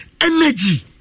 energy